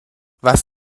was